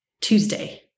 Tuesday